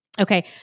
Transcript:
Okay